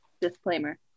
disclaimer